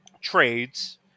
trades